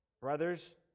Brothers